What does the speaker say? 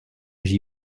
j’y